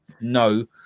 no